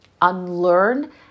unlearn